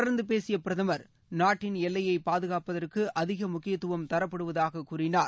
தொடர்ந்து பேசிய பிரதமர் நாட்டின் எல்லையை பாதுகாப்பதற்கு அதிக முக்கியத்துவம் தரப்படுவதாக கூறினார்